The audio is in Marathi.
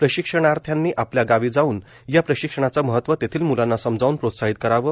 प्रशिक्षणार्थ्यांनी आपल्या गावी जावून या प्रशिक्षणाचं महत्व तेथील मुलांना समजावून प्रोत्साहित करावं